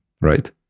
right